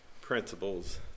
principles